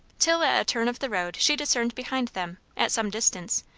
till at a turn of the road she discerned behind them, at some distance,